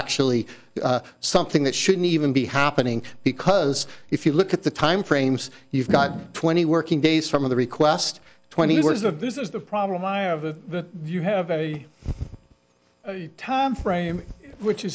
actually something that shouldn't even be happening because if you look at the time frames you've got twenty working days from the request twenty years of this is the problem i have the you have a timeframe which